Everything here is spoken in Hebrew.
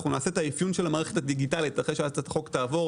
אנחנו נעשה את האפיון של המערכת הדיגיטלית אחרי שהצעת החוק תעבור,